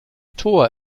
tor